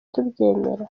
tubyemera